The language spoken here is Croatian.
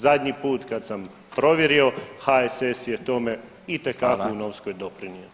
Zadnji put kad sam provjerio HSS je tome itekako u Novskom doprinio.